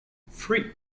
free